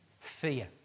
Fear